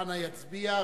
אנא יצביע.